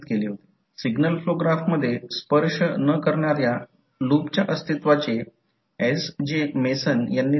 तर ∅1 कॉइल 1 ला लिंक करतो त्यामुळे voltage v1 N 1 d ∅1 dt असेल किंवा फक्त फ्लक्स ∅12 कॉइल 2 ला लिंक करतो